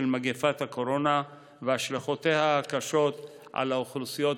של מגפת הקורונה והשלכותיה הקשות על האוכלוסיות בסיכון.